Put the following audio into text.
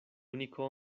único